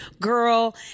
Girl